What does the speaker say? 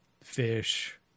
fish